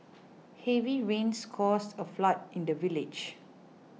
heavy rains caused a flood in the village